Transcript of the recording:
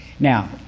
Now